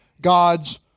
God's